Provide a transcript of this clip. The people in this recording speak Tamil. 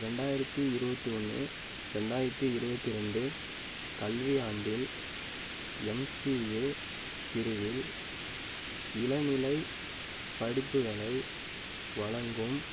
இரண்டாயிரத்தி இருபத்தி ஒன்று இரண்டாயிரத்தி இருபத்தி ரெண்டு கல்வியாண்டில் எம்சிஏ பிரிவில் இளநிலை படிப்புகளை வழங்கும்